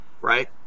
right